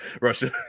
Russia